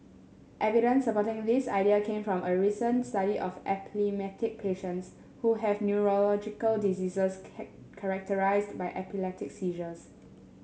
evidence supporting this idea came from a recent study of epileptic patients who have neurological diseases characterised by epileptic seizures